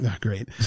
Great